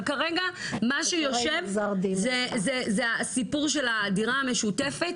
אבל כרגע מה שיושב הוא הסיפור של הדירה המשותפת,